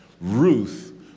Ruth